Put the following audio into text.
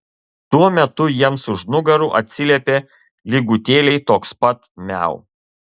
tuo metu jiems už nugarų atsiliepė lygutėliai toks pat miau